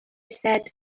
said